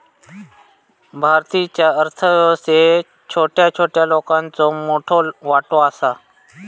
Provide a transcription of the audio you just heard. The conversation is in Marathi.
भारतीच्या अर्थ व्यवस्थेत छोट्या छोट्या लोकांचो मोठो वाटो आसा